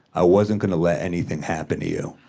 i wasn't gonna let anything happen to you.